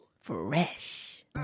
Fresh